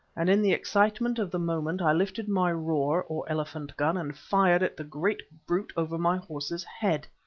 and in the excitement of the moment i lifted my roer or elephant gun and fired at the great brute over my horse's head.